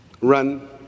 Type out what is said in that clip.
run